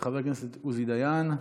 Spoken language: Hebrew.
וחבר הכנסת עוזי דיין.